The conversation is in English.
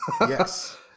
Yes